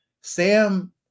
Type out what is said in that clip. Sam